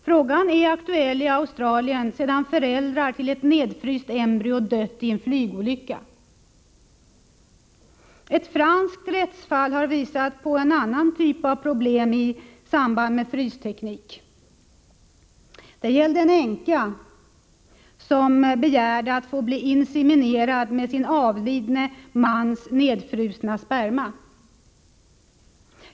Frågan är aktuell i Australien, sedan föräldrarna till ett nedfryst embryo dött i en flygolycka. Ett franskt rättsfall har visat på en annan typ av problem i samband med frystekniken. Det gällde en änka som begärde att få bli inseminerad med sin avlidna mans nedfrusna sperma.